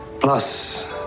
plus